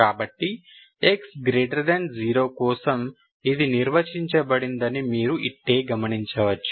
కాబట్టి x0 కోసం ఇది నిర్వచించబడిందని మీరు ఇట్టే గమనించవచ్చు